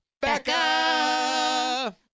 Becca